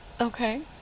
okay